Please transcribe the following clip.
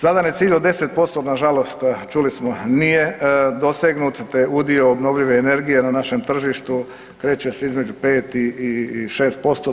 Zadani cilj od 10% nažalost čuli smo nije dosegnut te udio obnovljive energije na našem tržištu kreće se između 5 i 6%